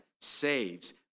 saves